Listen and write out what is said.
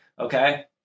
Okay